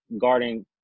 guarding